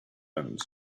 end